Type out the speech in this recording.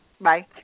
Bye